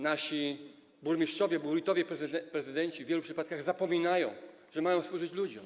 Nasi burmistrzowie, wójtowie, prezydenci w wielu przypadkach zapominają, że mają służyć ludziom.